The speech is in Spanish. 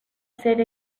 ser